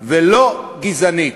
ולא גזענית.